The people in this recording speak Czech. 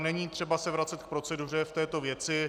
Není třeba se vracet k proceduře v této věci.